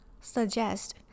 suggest